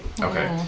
Okay